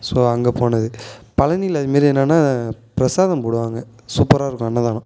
so அங்கே போனது பழனியில அதுமாரி என்னன்னா பிரசாதம் போடுவாங்க சூப்பராக இருக்கும் அன்னதானம்